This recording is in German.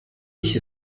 ich